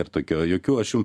ir tokio jokių aš jum